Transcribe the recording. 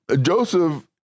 Joseph